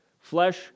Flesh